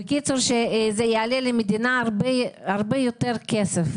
זה יעלה למדינה הרבה יותר כסף.